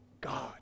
God